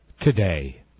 today